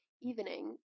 evening